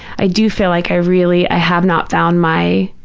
i do feel like i really, i have not found my,